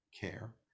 care